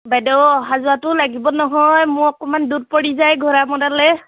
বাইদেউ অহা যোৱাটোও লাগিব নহয় মোৰ অকণমান দূৰ পৰি যায় ঘোঁৰামৰালৈ